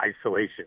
isolation